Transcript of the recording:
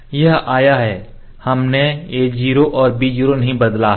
तो यह आया है हमने a0 और b0 नहीं बदला है